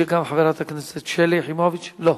אני מבין שגם חברת הכנסת שלי יחימוביץ, לא.